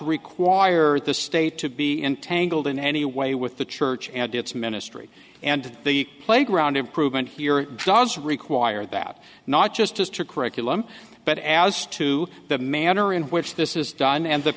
require the state to be entangled in any way with the church and its ministry and the playground improvement here does require that not just us to curriculum but as to the manner in which this is done and the